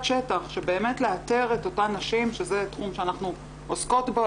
השטח של באמת לאתר את אותן נשים שזה תחום שאנחנו עוסקות בו,